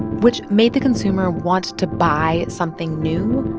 which made the consumer want to buy something new,